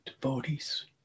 devotees